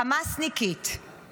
חמאסניקית";